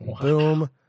boom